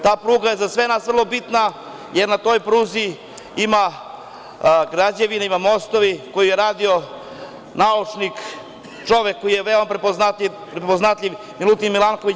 Ta pruga je za sve nas vrlo bitna, jer na toj pruzi ima građevine, ima mostova koje je radio naučnik, čovek koji je veoma prepoznatljiv, Milutin Milanković.